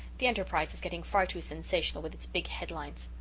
the enterprise is getting far too sensational with its big headlines.